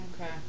Okay